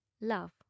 love